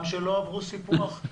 גם שלא עברו סיפוח?